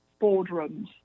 boardrooms